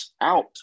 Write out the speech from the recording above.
out